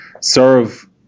serve